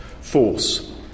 force